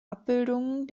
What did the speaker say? abbildungen